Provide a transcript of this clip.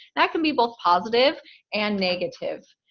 that can be both positive and negative.